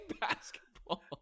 basketball